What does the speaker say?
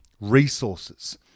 resources